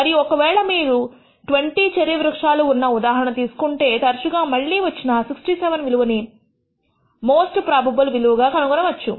మరియు ఒకవేళ మీరు 20 చెర్రీ వృక్షాలు ఉన్న ఉదాహరణ తీసుకుంటే తరచుగా మళ్లీ వచ్చిన 67 విలువని మోస్ట్ ప్రోబబుల్ విలువగా కనుగొనవచ్చు